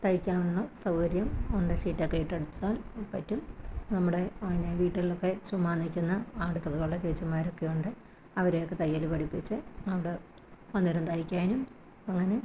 തയ്ക്കാനുള്ള സൗഹചര്യം ഉണ്ട് ഷീറ്റൊക്കെയിട്ടെടുത്താൽ പറ്റും നമ്മുടെ അങ്ങനെ വീടുകളിലൊക്കെ ചുമ്മാ നില്ക്കുന്ന അടുത്തുള്ള ചേച്ചിമാരൊക്കെയുണ്ട് അവരെയൊക്കെ തയ്യല് പഠിപ്പിച്ച് അവിടെ അന്നേരം തയ്ക്കാനും അങ്ങനെ